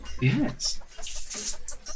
Yes